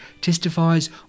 testifies